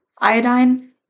iodine